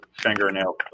fingernail